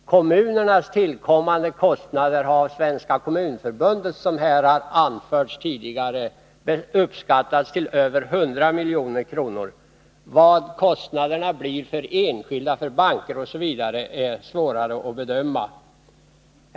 Kommunernas tillkommande kostnader har Svenska kommunförbundet, som här anförts tidigare, uppskattat till över 100000 milj.kr. Vad kostnaderna blir för enskilda, för banker osv. är svårare att bedöma.